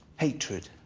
hatred.